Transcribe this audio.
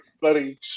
bloody